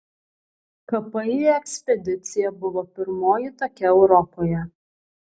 kpi ekspedicija buvo pirmoji tokia europoje